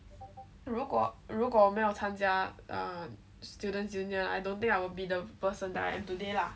如果如果我没有参加 a student's union I don't think I will be the person that I am today lah